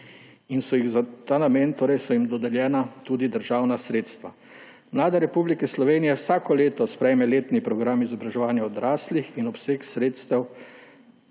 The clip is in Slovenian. in so jih za ta namen dodeljena tudi državna sredstva. Vlada Republike Slovenije vsako leto sprejme letni program izobraževanja odraslih in obseg sredstev